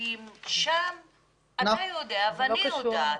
גדולים שאתה יודע ואני יודעת,